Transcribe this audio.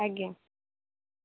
ଆଜ୍ଞା